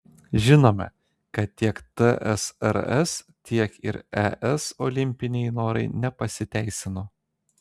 žinome kad tiek tsrs tiek ir es olimpiniai norai nepasiteisino